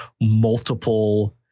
multiple